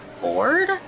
bored